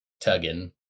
tugging